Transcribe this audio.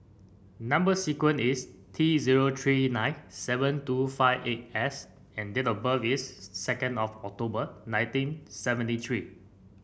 number sequence is T zero three nine seven two five eight S and date of birth is second of October nineteen seventy three